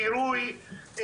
קירוי,